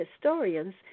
historians